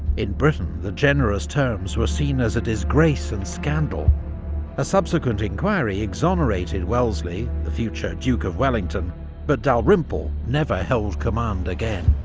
in britain, the generous terms were seen as a disgrace and scandal a subsequent inquiry exonerated wellesley the future duke of wellington but dalrymple never held command again.